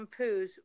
shampoos